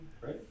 right